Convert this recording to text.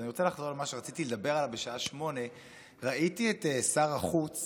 אז אני רוצה לחזור למה שרציתי לדבר עליו בשעה 20:00. ראיתי את שר החוץ